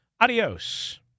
Adios